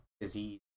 disease